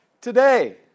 Today